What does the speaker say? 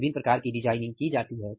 विभिन्न प्रकार की डिजाइनिंग की जाती है